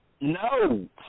No